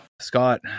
Scott